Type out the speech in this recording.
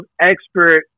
expert